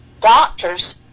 doctors